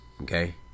okay